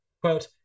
Quote